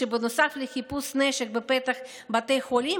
שנוסף לחיפוש נשק בפתח בתי חולים,